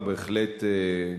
ובהחלט,